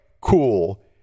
cool